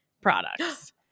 products